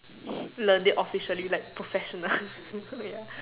learn it officially like professional ya